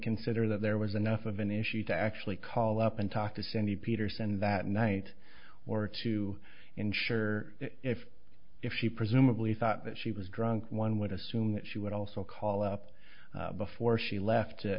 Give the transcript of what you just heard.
consider that there was enough of an issue to actually call up and talk to cindy peterson that night or to ensure if if she presumably thought that she was drunk one would assume that she would also call up before she left to